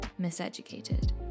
miseducated